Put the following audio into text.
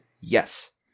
Yes